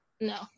No